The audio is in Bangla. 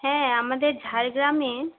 হ্যাঁ আমাদের ঝাড়গ্রামে